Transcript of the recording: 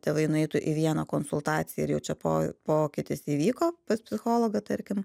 tėvai nueitų į vieną konsultaciją ir jau čia po pokytis įvyko pas psichologą tarkim